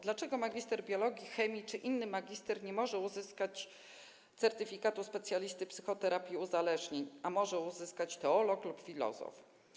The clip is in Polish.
Dlaczego magister biologii, chemii czy inny magister nie może uzyskać certyfikatu specjalisty psychoterapii uzależnień, a może uzyskać teolog lub filozof?